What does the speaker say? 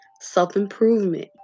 Self-improvement